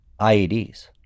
IEDs